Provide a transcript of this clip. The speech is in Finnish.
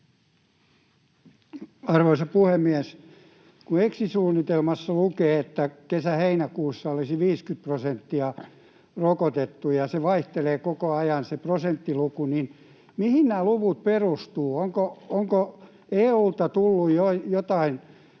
Arvoisa puhemies! Kun exit-suunnitelmassa lukee, että kesä—heinäkuussa olisi 50 prosenttia rokotettu, ja se prosenttiluku vaihtelee koko ajan, niin mihin nämä luvut perustuvat? Onko EU:lta tullut jo